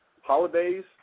holidays